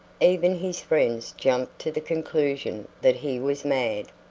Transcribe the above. even his friends jumped to the conclusion that he was mad.